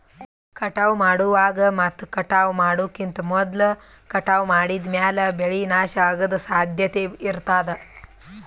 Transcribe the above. ಕಟಾವ್ ಮಾಡುವಾಗ್ ಮತ್ ಕಟಾವ್ ಮಾಡೋಕಿಂತ್ ಮೊದ್ಲ ಕಟಾವ್ ಮಾಡಿದ್ಮ್ಯಾಲ್ ಬೆಳೆ ನಾಶ ಅಗದ್ ಸಾಧ್ಯತೆ ಇರತಾದ್